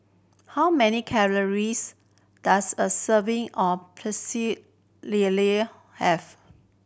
how many calories does a serving of Pecel Lele have